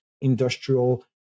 industrial